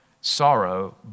sorrow